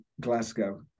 Glasgow